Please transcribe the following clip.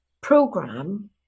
program